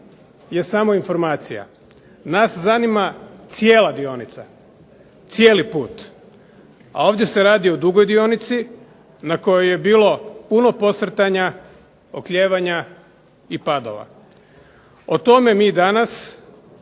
je samo informacija. Nas zanima cijela dionica, cijeli put, a ovdje se radi o dugoj dionici na kojoj je bilo puno posrtanja, oklijevanja i padova. O tome mi danas